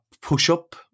push-up